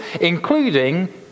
including